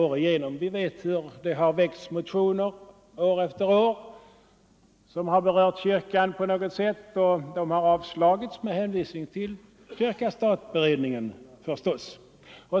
Vi vet hur det år efter år väckts motioner som på något sätt berört kyrkan och som avslagits med hänvisning till kyrka-stat-beredningens arbete.